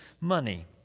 money